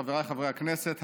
חבריי חברי הכנסת,